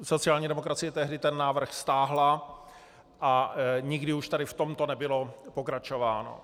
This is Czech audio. Sociální demokracie tehdy ten návrh stáhla a nikdy už tady v tomto nebylo pokračováno.